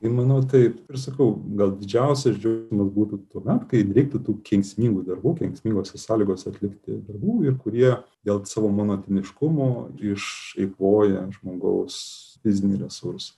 ir manau taip ir sakau gal didžiausias džiaugsmas būtų tuomet kai nereiktų tų kenksmingų darbų kenksmingose sąlygose atlikti darbų ir kurie dėl savo monotoniškumo išeikvoja žmogaus fizinį resursą